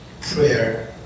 prayer